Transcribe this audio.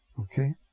okay